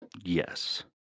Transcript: Yes